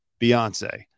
Beyonce